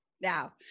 Now